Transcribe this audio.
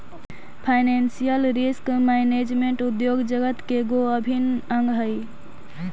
financial risk management उद्योग जगत के गो अभिन्न अंग हई